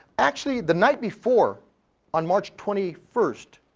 actually the night before on march twenty first,